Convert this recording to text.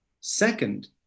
Second